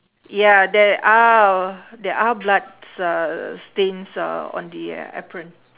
ya there are there are bloods uhh stains uh on the uh apron